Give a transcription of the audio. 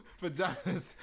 vaginas